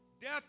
Death